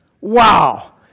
Wow